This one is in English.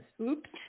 Oops